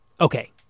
Okay